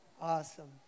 Awesome